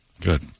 good